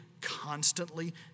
constantly